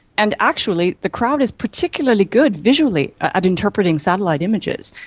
and actually the crowd is particularly good visually at interpreting satellite images.